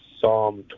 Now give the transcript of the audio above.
Psalm